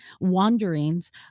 wanderings